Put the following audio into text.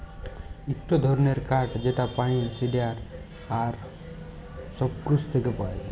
ইকটো ধরণের কাঠ যেটা পাইন, সিডার আর সপ্রুস থেক্যে পায়